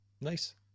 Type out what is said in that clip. Nice